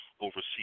overseas